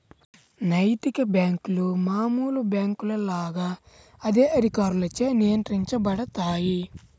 నైతిక బ్యేంకులు మామూలు బ్యేంకుల లాగా అదే అధికారులచే నియంత్రించబడతాయి